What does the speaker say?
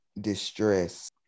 distress